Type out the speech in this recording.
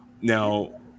now